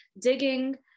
digging